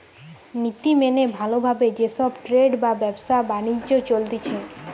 নীতি মেনে ভালো ভাবে যে সব ট্রেড বা ব্যবসা বাণিজ্য চলতিছে